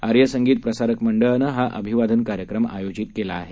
आर्यसंगीतप्रसारकमंडळानंहाअभिवादनकार्यक्र मआयोजितकेलाआहे